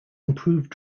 improved